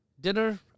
Dinner